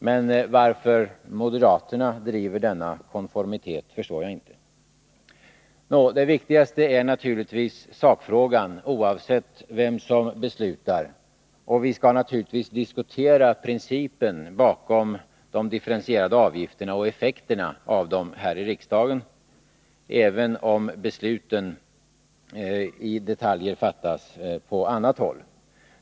Men varför moderaterna driver denna konformitet förstår jag inte. Det viktigaste är naturligtvis sakfrågan, oavsett vem som beslutar. Vi skall naturligtvis här i kammaren diskutera principen bakom de differentierade avgifterna och effekterna av dem, även om besluten i detaljer fattas på annat håll.